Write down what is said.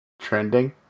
trending